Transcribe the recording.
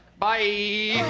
byeeeee